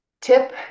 Tip